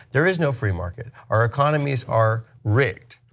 there is no free market. our economies are rigged,